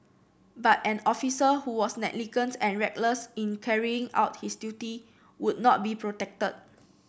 but an officer who was negligent or reckless in carrying out his duty would not be protected